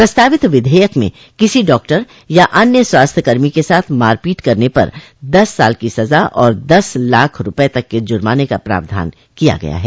प्रस्तावित विधेयक में किसी डॉक्टर या अन्य स्वास्थ्य कर्मी के साथ मारपीट करने पर दस साल की सजा और दस लाख रुपये तक के जुर्माने का प्रावधान किया गया है